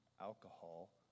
alcohol